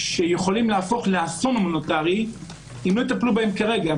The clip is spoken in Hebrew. שיכולים להפוך לאסון הומניטרי אם לא יטפלו בהם כרגע,